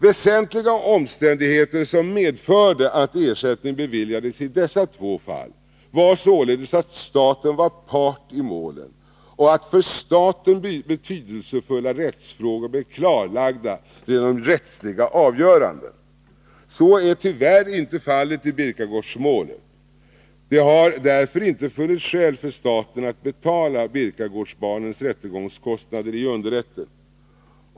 Väsentliga omständigheter som medförde att ersättning beviljades i dessa två fall var således att staten var part i målen och att för staten betydelsefulla rättsfrågor blev klarlagda genom rättsliga avgöranden. Så är tyvärr inte fallet i Birkagårdsmålet. Det har därför inte funnits skäl för staten att betala Birkagårdsbarnens rättegångskostnader i underrätten.